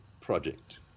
project